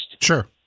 Sure